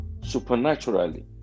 supernaturally